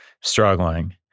struggling